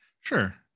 Sure